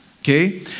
Okay